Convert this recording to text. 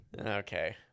Okay